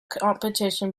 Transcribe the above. competition